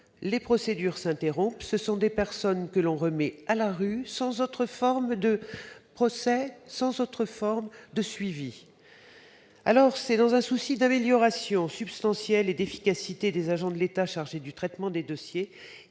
Les procédures s'interrompent. Ce sont des personnes que l'on remet à la rue, sans autre forme de procès et sans suivi. Dans un souci d'amélioration substantielle et d'efficacité des agents de l'État chargés du traitement des dossiers,